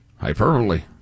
hyperbole